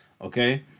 okay